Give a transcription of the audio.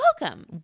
welcome